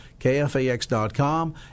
KFAX.com